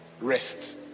Rest